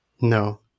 No